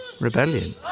rebellion